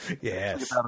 Yes